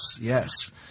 yes